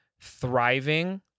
thriving